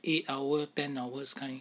eight hour ten hours kind